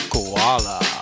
Koala